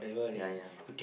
ya ya